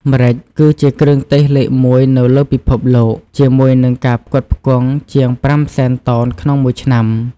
ម្រេច គឺជាគ្រឿងទេសលេខមួយនៅលើពិភពលោក ជាមួយនឹងការផ្គត់ផ្គង់ជាង ៥ សែនតោនក្នុងមួយឆ្នាំ។